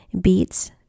beets